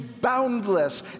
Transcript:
boundless